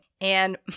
And-